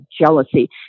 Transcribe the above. jealousy